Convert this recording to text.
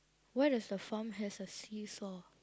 what if the farm has a seesaw